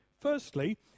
Firstly